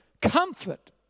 comfort